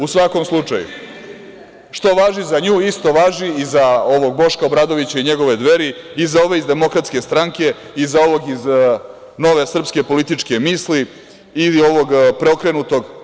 U svakom slučaju, što važi za nju isto važi i za Boška Obradovića i njegove Dveri i za ove iz DS i za ovog iz nove srpske političke misli ili ovog „preokrenutog“